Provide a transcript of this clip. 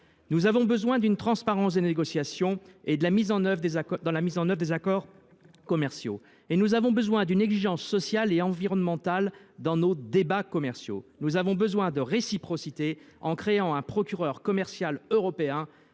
Nous avons besoin d’avoir une transparence des négociations et de la mise en œuvre des accords commerciaux. Nous avons besoin d’une exigence sociale et environnementale dans nos débats commerciaux. Et nous avons besoin d’une réciprocité en créant un procureur commercial européen,